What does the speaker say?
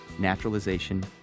Naturalization